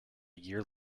year